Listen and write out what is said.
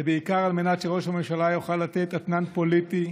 זה בעיקר על מנת שראש הממשלה יוכל לתת אתנן פוליטי,